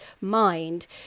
mind